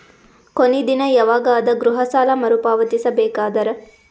ಕೊನಿ ದಿನ ಯವಾಗ ಅದ ಗೃಹ ಸಾಲ ಮರು ಪಾವತಿಸಬೇಕಾದರ?